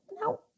no